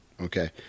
Okay